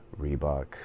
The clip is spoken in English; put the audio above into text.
Reebok